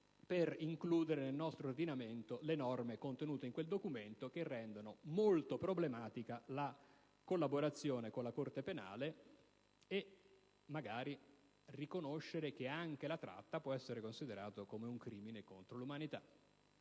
per includere nel nostro ordinamento le norme contenute in quel documento, rendendo molto problematica la collaborazione con la Corte penale, e magari per riconoscere che anche la tratta può essere considerata come un crimine contro l'umanità.